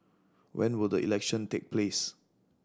when will the election take place